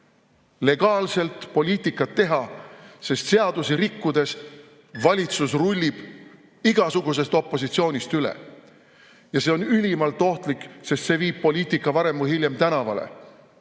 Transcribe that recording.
legaalselt poliitikat teha, sest seadusi rikkudes valitsus rullib igasugusest opositsioonist üle. See on ülimalt ohtlik, sest see viib poliitika varem või hiljem tänavale.